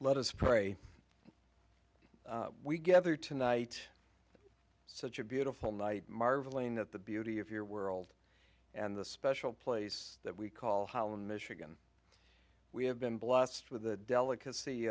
let us pray we gather tonight such a beautiful night marveling at the beauty of your world and the special place that we call holland michigan we have been blessed with the delicacy